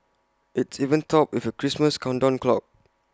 it's even topped with A Christmas countdown clock